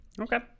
Okay